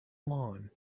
lawn